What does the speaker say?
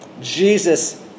Jesus